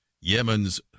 Yemen's